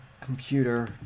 computer